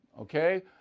okay